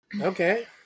Okay